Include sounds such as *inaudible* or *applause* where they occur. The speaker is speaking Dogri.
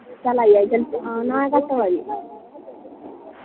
*unintelligible*